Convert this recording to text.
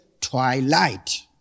twilight